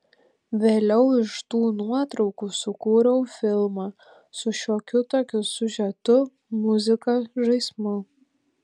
vėliau iš tų nuotraukų sukūriau filmą su šiokiu tokiu siužetu muzika žaismu